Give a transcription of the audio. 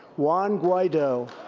juan guaido.